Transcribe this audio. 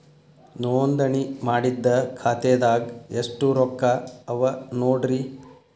ನೋಂದಣಿ ಮಾಡಿದ್ದ ಖಾತೆದಾಗ್ ಎಷ್ಟು ರೊಕ್ಕಾ ಅವ ನೋಡ್ರಿ